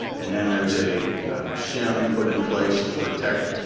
and then there's a shim put in place to protect,